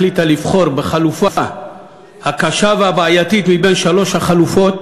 החליטה לבחור בחלופה הקשה והבעייתית בשלוש החלופות.